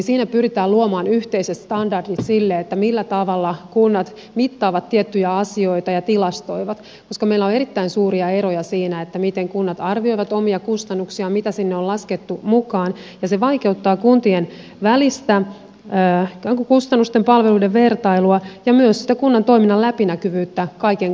siinä pyritään luomaan yhteiset standardit sille millä tavalla kunnat mittaavat tiettyjä asioita ja tilastoivat koska meillä on erittäin suuria eroja siinä miten kunnat arvioivat omia kustannuksiaan mitä sinne on laskettu mukaan ja se vaikeuttaa kuntien välistä ikään kuin kustannusten ja palveluiden vertailua ja myös sitä kunnan toiminnan läpinäkyvyyttä kaiken kaikkiaan